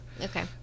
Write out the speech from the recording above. Okay